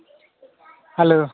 hello